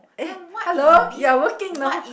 eh hello you're working you know